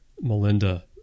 Melinda